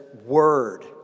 word